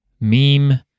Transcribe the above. meme